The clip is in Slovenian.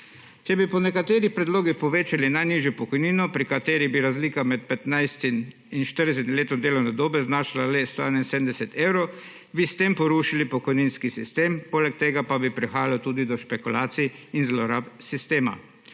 Če bi po nekaterih predlogih povečali najnižjo pokojnino, pri kateri bi razlika med 15. in 40. letom delovne dobe znašala le 171 evrov, bi s tem porušili pokojninski sistem, poleg tega pa bi prihajalo tudi do špekulacij in zlorab sistema.